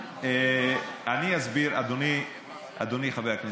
אדוני חבר הכנסת,